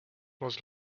was